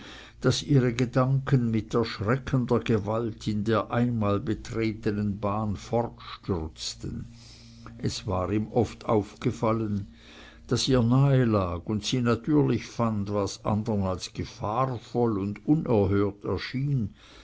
daß ihre gedanken mit erschreckender gewalt in der einmal betretenen bahn fortstürzten es war ihm oft aufgefallen daß ihr nahe lag und sie natürlich fand was andern als gefahrvoll und unerhört erschien